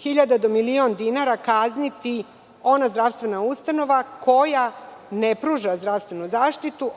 1.000.000 dinara kazniti ona zdravstvena ustanova koja ne pruža zdravstvenu zaštitu